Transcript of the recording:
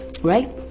right